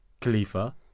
Khalifa